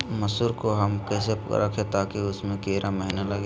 मसूर को हम कैसे रखे ताकि उसमे कीड़ा महिना लगे?